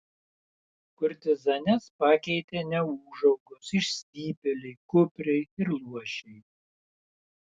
kurtizanes pakeitė neūžaugos išstypėliai kupriai ir luošiai